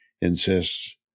insists